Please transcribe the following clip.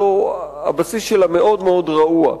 הבסיס שלה רעוע מאוד,